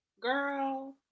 girl